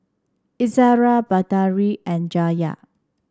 Izara Batari and Yahya